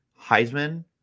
Heisman